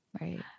right